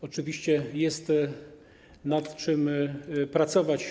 Oczywiście jest nad czym pracować.